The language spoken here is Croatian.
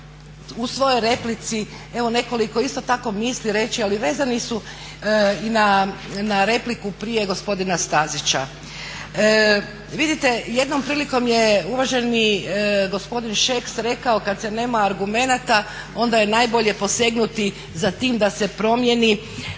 u svojoj replici evo nekoliko isto tako misli reći, ali vezani su i na repliku prije gospodina Stazića. Vidite jednom prilikom je uvaženi gospodin Šeks rekao kad se nema argumenta onda je najbolje posegnuti za tim da se promjeni